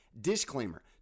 disclaimer